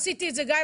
עשיתי את זה גם,